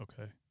Okay